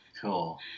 cool